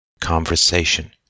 conversation